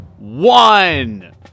one